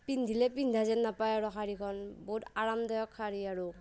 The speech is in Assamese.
পিন্ধিলে পিন্ধা যেন নাপায় আৰু শাৰীখন বহুত আৰামদায়ক শাৰী আৰু